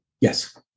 Yes